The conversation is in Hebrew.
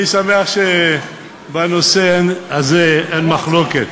אני שמח שבנושא הזה אין מחלוקת.